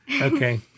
Okay